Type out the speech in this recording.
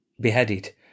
beheaded